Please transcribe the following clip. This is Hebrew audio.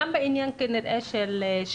גם בעניין של המנופים.